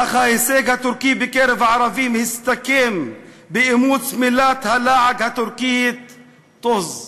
אך ההישג הטורקי בקרב הערבים הסתכם באימוץ מילת הלעג הטורקית "טוז".